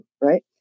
right